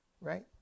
Right